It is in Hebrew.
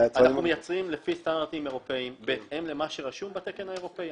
אנחנו מייצרים לפי סטנדרטים אירופאיים בהתאם למה שרשום בתקן האירופאי.